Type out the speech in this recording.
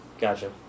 Gotcha